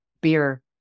beer